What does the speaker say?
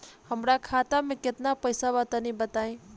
हमरा खाता मे केतना पईसा बा तनि बताईं?